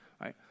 right